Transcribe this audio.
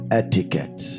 etiquette